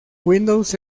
windows